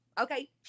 Okay